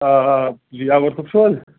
آ آ یاوَر صوب چھُو حظ